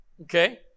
Okay